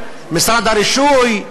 משרד הרישוי,